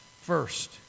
first